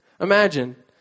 Imagine